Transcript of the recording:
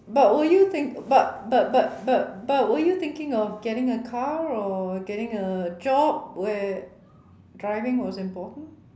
but were you think but but but but but were you thinking of getting a car or getting a job where driving was important